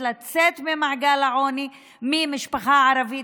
קל יותר לצאת ממעגל העוני מלמשפחה ערבית,